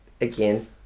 again